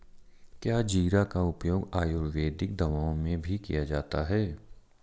क्या जीरा का उपयोग आयुर्वेदिक दवाओं में भी किया जाता है?